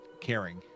caring